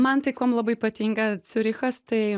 man tai kuom labai patinka ciurichas tai